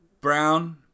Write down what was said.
Brown